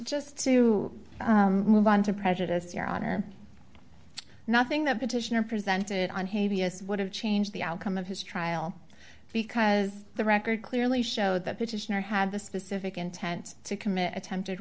just to move on to prejudice your honor nothing that petitioner presented on hay vs would have changed the outcome of his trial because the record clearly showed that petitioner had the specific intent to commit attempted